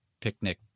picnic